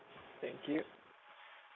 thank you